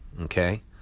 okay